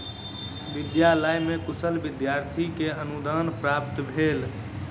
विद्यालय में कुशल विद्यार्थी के अनुदान प्राप्त भेल